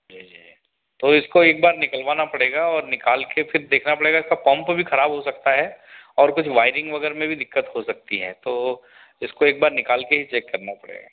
जी जी तो इसको एक बार निकलवाना पड़ेगा और निकाल कर फिर देखना पड़ेगा इसका पम्प भी खराब हो सकता है और कुछ वाइरिंग वगैरह में भी दिक्कत हो सकती हैं तो इसको एक बार निकाल कर ही चेक करना पड़ेगा